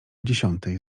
dziesiątej